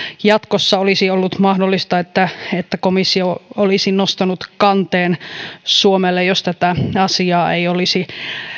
jatkossa olisi ollut mahdollista että että komissio olisi nostanut kanteen suomea vastaan jos tätä asiaa ei olisi